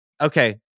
okay